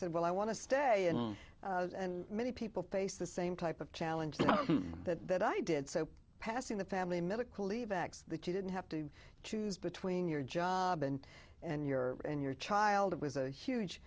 said well i want to stay and many people face the same type of challenges that i did so passing the family medical leave act so that you didn't have to choose between your job and and your and your child it was a huge